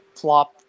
flop